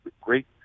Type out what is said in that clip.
great